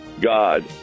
God